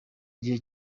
igihe